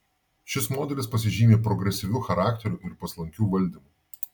šis modelis pasižymi progresyviu charakteriu ir paslankiu valdymu